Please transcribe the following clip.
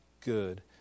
good